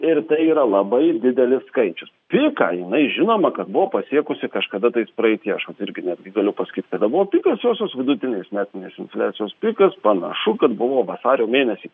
ir tai yra labai didelis skaičius piką jinai žinoma kad buvo pasiekusi kažkada tais praeityje aš vat irgi netgi galiu pasakyt kada buvo pikas josios vidutinės metinės infliacijos pikas panašu kad buvo vasario mėnesį